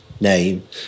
name